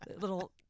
little